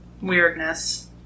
weirdness